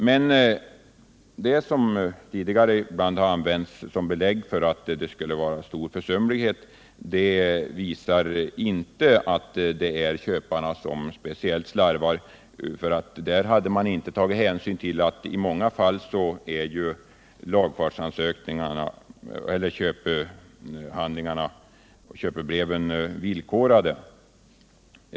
Men det som tidigare ibland har använts som belägg för att det skulle vara stor försumlighet visar inte att det är köparna som speciellt slarvar, för där hade man inte tagit hänsyn till att i många fall är köpebreven villkorade.